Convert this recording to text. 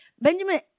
Benjamin